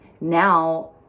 now